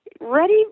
ready